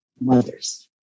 mothers